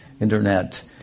internet